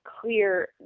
clear